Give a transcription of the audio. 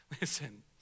Listen